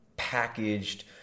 packaged